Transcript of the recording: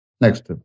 Next